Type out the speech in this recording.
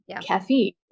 caffeine